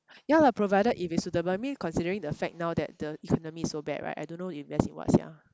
ya lah provided if it's suitable I mean considering the fact now that the economy is so bad right I don't know if let's say what sia